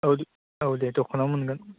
औ दे औ दे दखानावनो मोनगोन